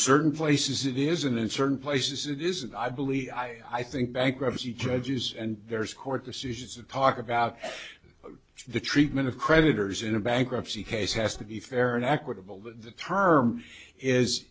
certain places it isn't in certain places it is i believe i think bankruptcy judges and there's court decisions to talk about the treatment of creditors in a bankruptcy case has to be fair and equitable the term is